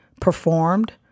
performed